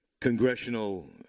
congressional